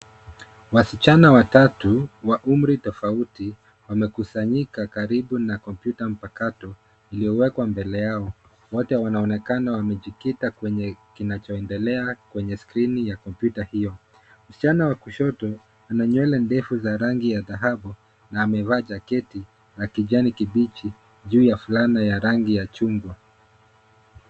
wasichana watatu wa umri tofauti wamekusanyika karibu na kompyuta mpakato ilyowekwa mbele yao wote wanaonekana wamejikita kwenye kinacho endelea kwenye skrini ya kompyuta hiyo, msichana wa kushoto ana nywele ndefu za rangi ya dhahabu na amevaa jaketi ya kijani kipichi juu ya flanda ya rangi ya chungwa.